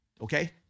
okay